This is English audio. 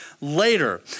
later